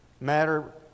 matter